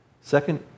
Second